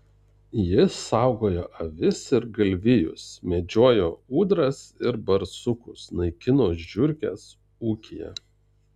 jis saugojo avis ir galvijus medžiojo ūdras ir barsukus naikino žiurkes ūkyje